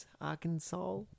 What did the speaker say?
Arkansas